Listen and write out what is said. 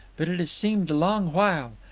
but it has seemed a long while.